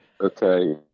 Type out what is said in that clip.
Okay